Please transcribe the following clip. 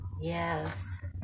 Yes